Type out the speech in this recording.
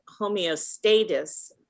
homeostasis